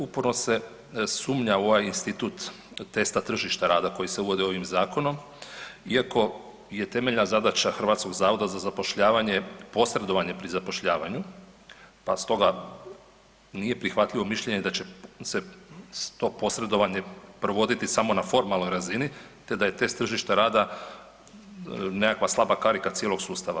Uporno se sumnja u ovaj institut testa tržišta rada koji se uvodi ovim zakonom iako je temeljna zadaća HZZ-a posredovanje pri zapošljavanju pa stoga nije prihvatljivo mišljenje da će se to posredovanje provoditi samo na formalnoj razini te da je test tržišta rada nekakva slaba karika cijelog sustava.